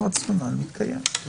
החלטת הפרטה זה משהו שהוא כבר קיים.